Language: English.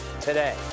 today